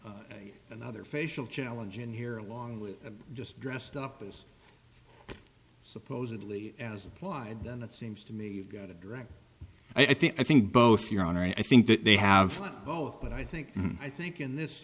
another facial challenge in here along with just dressed up as supposedly as applied then it seems to me you've got it right i think i think both your honor i think that they have both but i think i think in this